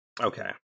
Okay